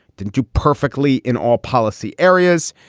didn't do perfectly in all policy areas.